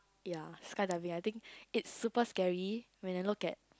ya skydiving I think it super scary when I look at